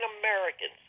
Americans